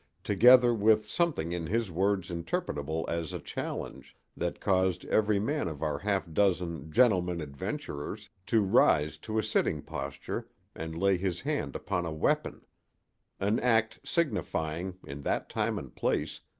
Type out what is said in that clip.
together with something in his words interpretable as a challenge, that caused every man of our half-dozen gentlemen adventurers to rise to a sitting posture and lay his hand upon a weapon an act signifying, in that time and place,